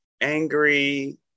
angry